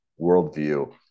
worldview